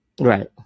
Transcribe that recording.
Right